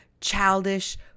childish